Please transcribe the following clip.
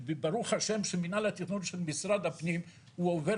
שברוך השם שמנהל התכנון של משרד הפנים הוא עובר